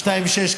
2.6%,